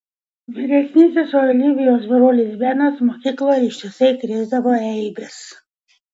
vyresnysis olivijos brolis benas mokykloje ištisai krėsdavo eibes